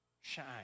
shine